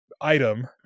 item